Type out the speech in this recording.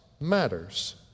matters